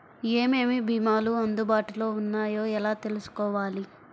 ఏమేమి భీమాలు అందుబాటులో వున్నాయో ఎలా తెలుసుకోవాలి?